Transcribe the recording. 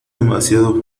demasiado